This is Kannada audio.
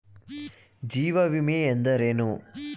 ಜೀವ ವಿಮೆ ಎಂದರೇನು?